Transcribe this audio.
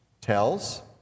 tells